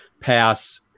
pass